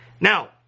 Now